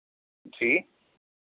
जी